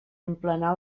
emplenar